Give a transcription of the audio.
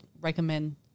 recommend